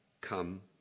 come